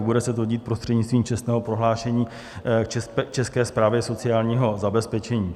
Bude se to dít prostřednictvím čestného prohlášení České správě sociálního zabezpečení.